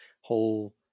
whole